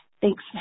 thanks